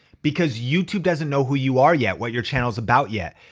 because youtube doesn't know who you are yet, what your channel's about yet.